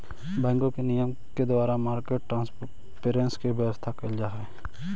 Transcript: बैंकों के नियम के द्वारा मार्केट ट्रांसपेरेंसी के व्यवस्था कैल जा हइ